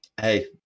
hey